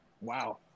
Wow